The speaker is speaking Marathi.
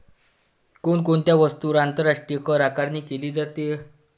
कोण कोणत्या वस्तूंवर आंतरराष्ट्रीय करआकारणी केली जाते?